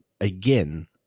Again